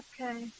Okay